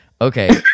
Okay